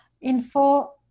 info